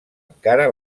encara